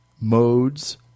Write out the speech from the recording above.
modes